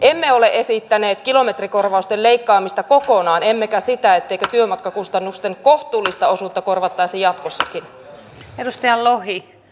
emme ole esittäneet kilometrikorvausten leikkaamista kokonaan emmekä sitä etteikö työmatkakustannusten kohtuullista osuutta korvattaisi jatkossakin